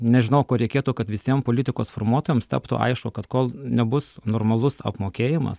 nežinau ko reikėtų kad visiem politikos formuotojams taptų aišku kad kol nebus normalus apmokėjimas